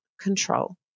control